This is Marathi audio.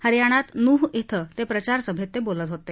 हरियाणात नूह शिं ते प्रचारसभेत बोलत होते